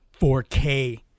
4K